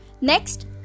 Next